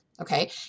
okay